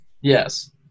Yes